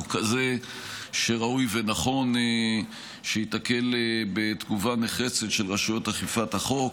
כזה שראוי ונכון שייתקל בתגובה נחרצת של רשויות אכיפת החוק.